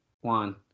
One